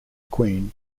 queen